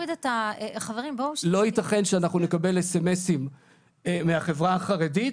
לא ייתכן שאנחנו נקבל סמסים מהחברה החרדית